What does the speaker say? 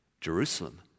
Jerusalem